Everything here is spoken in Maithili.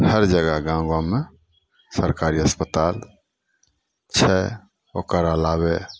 हर जगह गाँव गाँवमे सरकारी अस्पताल छै ओकर अलाबे